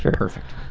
perfect.